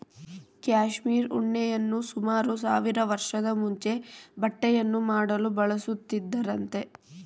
cashmere ಉಣ್ಣೆಯನ್ನು ಸುಮಾರು ಸಾವಿರ ವರ್ಷದ ಮುಂಚೆ ಬಟ್ಟೆಯನ್ನು ಮಾಡಲು ಬಳಸುತ್ತಿದ್ದರಂತೆ